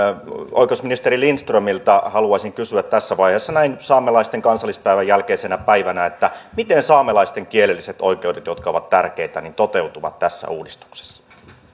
oikeusministeri lindströmiltä haluaisin kysyä tässä vaiheessa näin saamelaisten kansallispäivän jälkeisenä päivänä miten saamelaisten kielelliset oikeudet jotka ovat tärkeitä toteutuvat tässä uudistuksessa